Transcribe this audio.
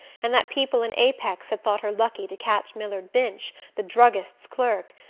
and that people in apex had thought her lucky to catch millard binch, the druggist's clerk,